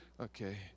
Okay